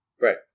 Right